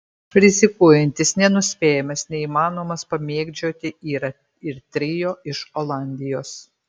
rizikuojantis nenuspėjamas neįmanomas pamėgdžioti yra ir trio iš olandijos